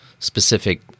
specific